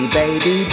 baby